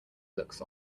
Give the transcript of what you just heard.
looks